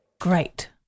great